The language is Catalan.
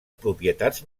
propietats